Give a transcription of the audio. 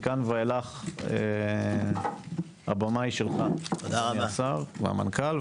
מכאן ואילך, הבמה היא שלך, אדוני השר והמנכ"ל.